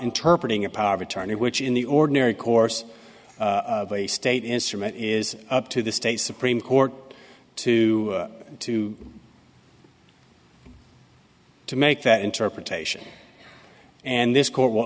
interpret ing a power of attorney which in the ordinary course of a state instrument is up to the state supreme court to to to make that interpretation and this court will